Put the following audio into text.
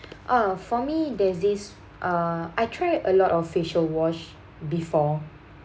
uh for me there's this uh I try a lot of facial wash before